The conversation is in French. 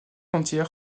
entière